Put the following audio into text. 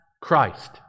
Christ